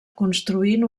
construint